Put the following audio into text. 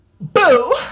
Boo